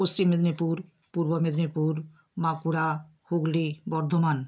Paschim Medinipur Purba Medinipur Bankura Hooghly Bardhaman